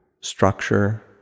structure